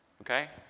Okay